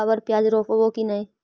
अबर प्याज रोप्बो की नय?